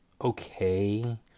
okay